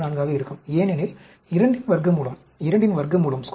414 ஆக இருக்கும் ஏனெனில் 2 இன் வர்க்கமூலம் 1